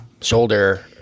shoulder